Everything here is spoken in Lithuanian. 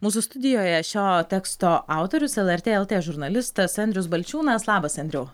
mūsų studijoje šio teksto autorius lrt lt žurnalistas andrius balčiūnas labas andriau